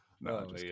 No